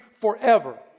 forever